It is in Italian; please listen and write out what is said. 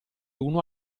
uno